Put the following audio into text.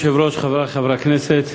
אדוני היושב-ראש, חברי חברי הכנסת,